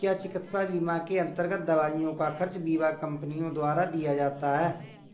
क्या चिकित्सा बीमा के अन्तर्गत दवाइयों का खर्च बीमा कंपनियों द्वारा दिया जाता है?